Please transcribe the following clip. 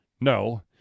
no